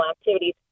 activities